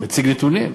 מציג נתונים,